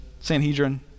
Sanhedrin